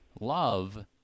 Love